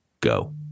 go